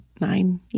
Nine